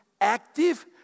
active